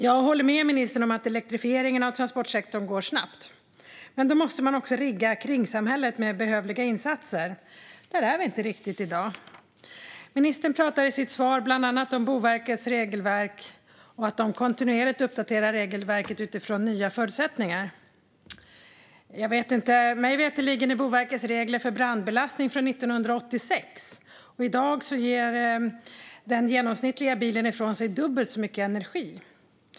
Jag håller med ministern om att elektrifieringen av transportsektorn går snabbt, och därför måste man också rigga samhället med behövliga insatser. Där är vi inte riktigt i dag. Ministern pratar i sitt svar bland annat om Boverkets regelverk och att de kontinuerligt uppdaterar regelverket utifrån nya förutsättningar. Jag vet inte - mig veterligen är Boverkets regler för brandbelastning från 1986, och i dag ger den genomsnittliga bilen ifrån sig dubbelt så mycket energi.